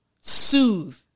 soothe